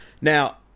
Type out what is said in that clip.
Now